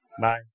Bye